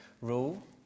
rule